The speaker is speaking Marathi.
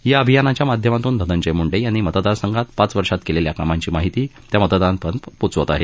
या अभियानाच्या माध्यमातून धनंजय मुंडे यांनी मतदारसंघात पाच वर्षात केलेल्या कामांची माहिती त्या मतदारांपर्यंत पोचवत आहेत